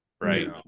Right